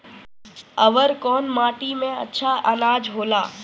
अवर कौन माटी मे अच्छा आनाज होला?